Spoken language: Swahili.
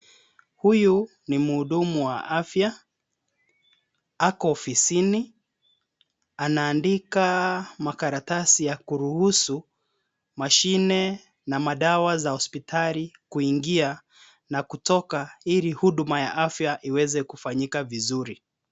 Huyu ni mhudumu wa afya. Ako ofisini anaandika makaratasi ya kuruhusu mashine na madawa za hospitali kuingia na kutoka ili huduma ya afya iweze kufanyika vizuri.